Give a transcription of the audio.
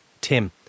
Tim